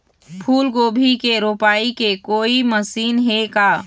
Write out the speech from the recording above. फूलगोभी के रोपाई के कोई मशीन हे का?